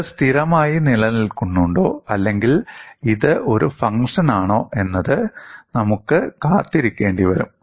ഇത് സ്ഥിരമായി നിലനിൽക്കുന്നുണ്ടോ അല്ലെങ്കിൽ ഇത് ഒരു ഫംഗ്ഷനാണോ എന്നത് നമുക്ക് കാത്തിരിക്കേണ്ടി വരും